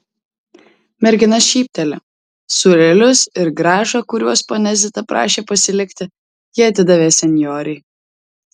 mergina šypteli sūrelius ir grąžą kuriuos ponia zita prašė pasilikti ji atidavė senjorei